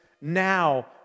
now